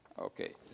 Okay